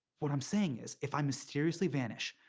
what i'm saying is, if i mysteriously vanish,